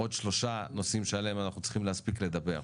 עוד שלושה נושאים שעליהם אנחנו צריכים להספיק לדבר.